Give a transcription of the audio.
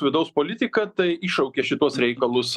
vidaus politika tai iššaukė šituos reikalus